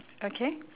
okay